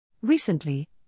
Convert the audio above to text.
Recently